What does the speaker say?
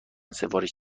سفارش